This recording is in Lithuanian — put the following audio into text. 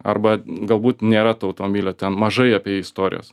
arba galbūt nėra to automobilio ten mažai apie jį istorijos